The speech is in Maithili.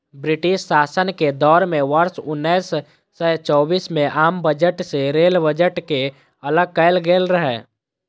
ब्रिटिश शासन के दौर मे वर्ष उन्नैस सय चौबीस मे आम बजट सं रेल बजट कें अलग कैल गेल रहै